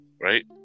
Right